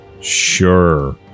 Sure